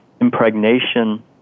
impregnation